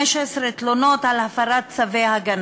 היושב-ראש רק מפתיע היום.